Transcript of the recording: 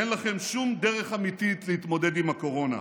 אין לכם שום דרך אמיתית להתמודד עם הקורונה.